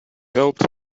helped